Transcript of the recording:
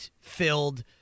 filled